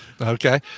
Okay